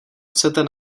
chcete